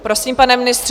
Prosím, pane ministře.